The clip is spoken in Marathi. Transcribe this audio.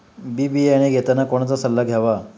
बी बियाणे घेताना कोणाचा सल्ला घ्यावा?